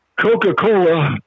Coca-Cola